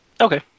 Okay